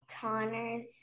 connor's